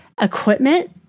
equipment